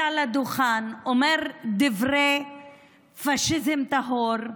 הדוכן, אומר דברי פשיזם טהור,